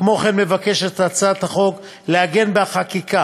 כמו-כן מבקשת הצעת החוק לעגן בחקיקה